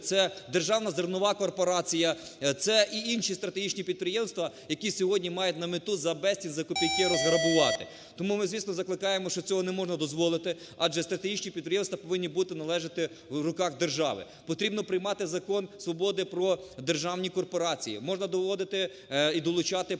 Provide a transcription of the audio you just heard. це Державна зернова корпорація, це і інші стратегічні підприємства, які сьогодні мають на мету за безцінь, за копійки розграбувати. Тому ми, звісно, закликаємо, що цього не можна дозволити, адже стратегічні підприємства повинні бути належати в руках держави. Потрібно приймати закон "Свободи" про державні корпорації. Можна доводити і долучати приватний